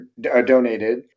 donated